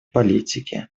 политики